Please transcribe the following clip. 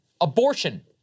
abortion